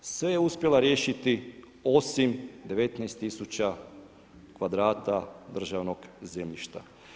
Sve je uspjela riješiti osim 19 000 kvadrata državnog zemljišta.